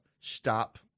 Stop